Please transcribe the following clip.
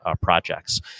projects